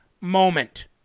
moment